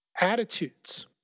attitudes